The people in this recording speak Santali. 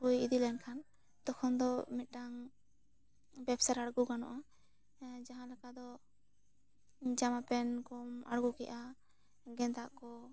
ᱦᱩᱭ ᱤᱫᱤ ᱞᱮᱱ ᱠᱷᱟᱱ ᱛᱚᱠᱷᱚᱱ ᱫᱚ ᱢᱤᱫᱴᱟᱝ ᱵᱮᱵᱽᱥᱟᱨᱮ ᱟᱬᱜᱳ ᱜᱟᱱᱚᱜ ᱟ ᱡᱟᱦᱟᱸ ᱞᱮᱠᱟ ᱫᱚ ᱡᱟᱢᱟ ᱯᱮᱱ ᱠᱚᱢ ᱟᱬᱜᱳ ᱠᱮᱫᱟ ᱜᱮᱸᱫᱟᱜ ᱠᱚ